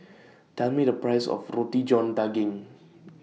Tell Me The Price of Roti John Daging